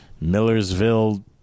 Millersville